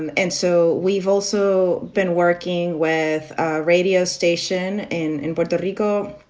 um and so we've also been working with a radio station in puerto rico.